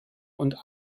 und